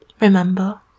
remember